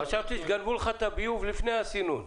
חשבתי שגנבו לך את הביוב לפני הסינון.